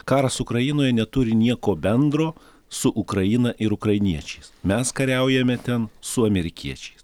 karas ukrainoje neturi nieko bendro su ukraina ir ukrainiečiais mes kariaujame ten su amerikiečiais